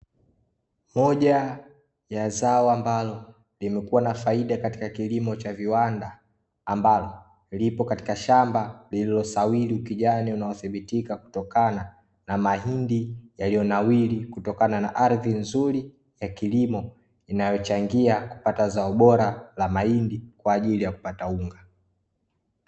Moja ya zao ambalo limekuwa na faida katika kilimo cha viwanda ambalo, lipo katika shamba lililosawili ukijani unaothibitika kutokana na mahindi yaliyonawiri kutokana na ardhi nzuri ya kilimo inayochangia kupata zao bora la mahindi kwa ajili ya kupata unga.